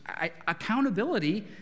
Accountability